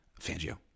Fangio